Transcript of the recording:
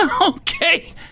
Okay